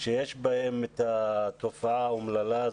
שיש בהם את התופעה האומללה הזאת.